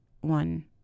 one